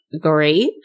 great